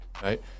Right